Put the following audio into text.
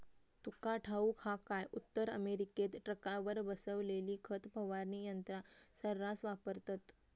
तुका ठाऊक हा काय, उत्तर अमेरिकेत ट्रकावर बसवलेली खत फवारणी यंत्रा सऱ्हास वापरतत